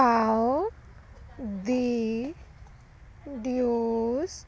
ਆਓ ਦੀ ਡੀਊਜ਼